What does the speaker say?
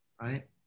right